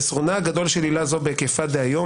חסרונה הגדול של עילה זו בהיקפה דהיום,